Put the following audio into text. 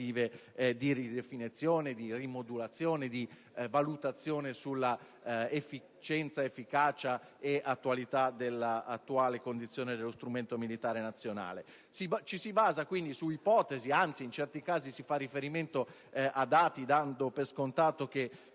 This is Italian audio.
di ridefinizione, rimodulazione e di valutazione sull'efficienza, efficacia e attualità della presente condizione dello strumento militare nazionale. Ci si basa quindi su ipotesi; anzi, in certi casi si fa riferimento a determinati dati, dando per scontato che